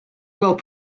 gweld